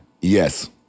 Yes